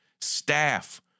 staff